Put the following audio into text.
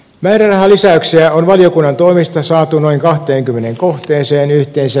määrärahalisäyksiä on valiokunnan toimesta saatu noin kahteenkymmeneen kohteeseen yhteensä